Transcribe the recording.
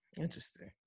Interesting